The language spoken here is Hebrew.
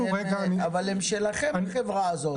אבל הם שלכם, החברה הזאת.